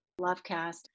Lovecast